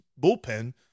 bullpen